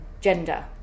gender